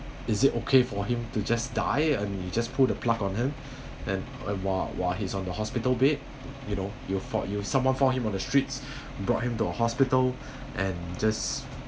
is it okay for him to just die and you just pull the plug on him and while while he's on the hospital bed you know you foun~ you someone found him on the streets brought him to a hospital and just